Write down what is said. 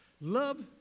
Love